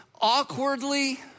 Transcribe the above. awkwardly